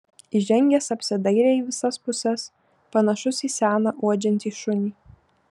įžengęs apsidairė į visas puses panašus į seną uodžiantį šunį